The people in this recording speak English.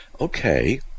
Okay